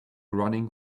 running